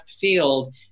field